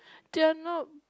dare not